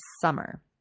summer